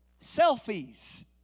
selfies